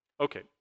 okay